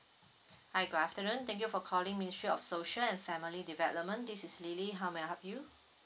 hi good afternoon thank you for calling ministry of social and family development this is lily how may I help you